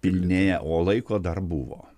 pilnėja o laiko dar buvo